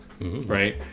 right